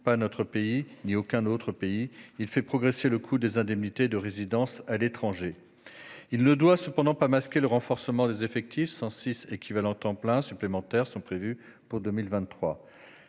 pas notre pays- ni aucun autre -, il fait progresser le coût des indemnités de résidence à l'étranger. Il ne doit cependant pas masquer le renforcement des effectifs : 106 équivalents temps plein supplémentaires sont prévus pour 2023.